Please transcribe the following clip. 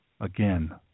again